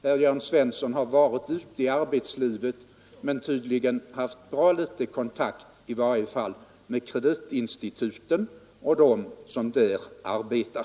Herr Jörn Svensson har visserligen varit några år ute i arbetslivet men tydligen haft bra liten kontakt med kreditinstituten och med dem som där arbetar.